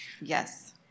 Yes